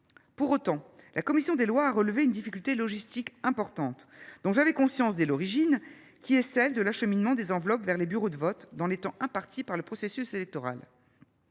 Pour autant, la commission des lois a relevé une difficulté logistique importante, dont j’avais conscience dès l’origine, à savoir celle que pose l’acheminement des enveloppes vers les bureaux de vote dans les temps impartis par le processus électoral.